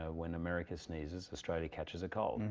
ah when america sneezes, australia catches a cold.